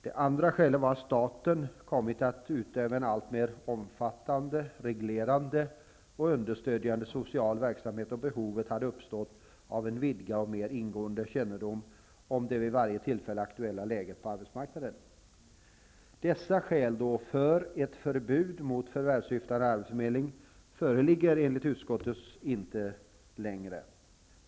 Det andra skälet var att staten hade kommit att utöva en alltmer omfattande, reglerande och understödjande social verksamhet. Behov hade uppstått av en vidgad och mer ingående kännedom om det vid varje tillfälle aktuella läget på arbetsmarknaden. Dessa skäl för ett förbud mot förvärvssyftande arbetsförmedling föreligger enligt utskottet inte längre.